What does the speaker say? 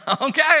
Okay